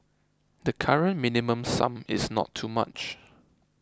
the current Minimum Sum is not too much